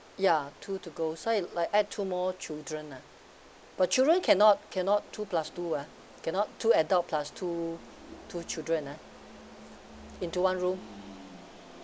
ya two to go so it like add two more children ah but children cannot cannot two plus two ah cannot two adult plus two two children ah into one room